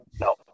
No